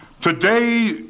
Today